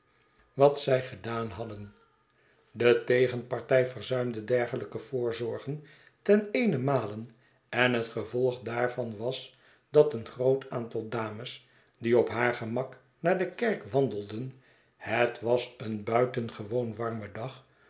wat zij gedaan hadden de tegenpariy verzuimde dergelijke voorzorgen teneenenmale en het gevolg daarvan was dat een groot aantal dames die op haar gemak naar de kerk wand eld en het was een buitengewoon warme dag